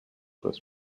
this